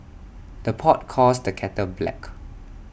the pot calls the kettle black